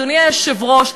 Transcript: אדוני היושב-ראש,